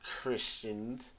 Christians